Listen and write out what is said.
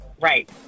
Right